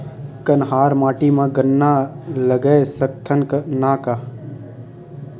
कन्हार माटी म गन्ना लगय सकथ न का?